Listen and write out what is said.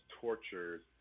tortures